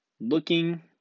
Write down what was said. looking